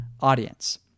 audience